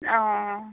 অ